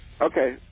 Okay